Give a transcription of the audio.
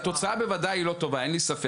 התוצאה בוודאי היא לא טובה, בזה אין לי ספק.